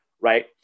right